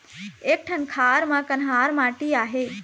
एक ठन खार म कन्हार माटी आहे?